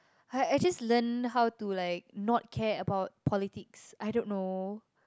I just learn how to like not care about politics